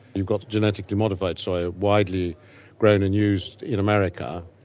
you've got genetically modified soya widely grown and used in america,